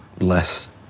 less